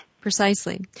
Precisely